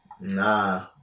Nah